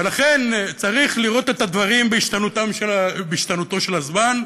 לכן, צריך לראות את הדברים בהשתנותו של הזמן.